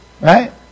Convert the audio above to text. Right